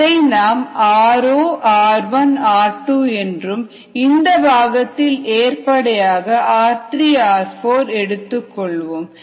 அதை நாம் r0r1r2 என்றும் இந்த பாகத்தில் ஏர்படையான r3 r4 எடுத்துக்கொள்வோம்